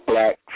Black